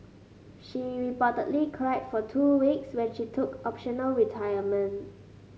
she reportedly cried for two weeks when she took optional retirement